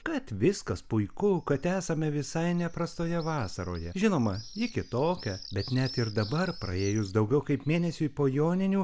kad viskas puiku kad esame visai neprastoje vasaroje žinoma ji kitokia bet net ir dabar praėjus daugiau kaip mėnesiui po joninių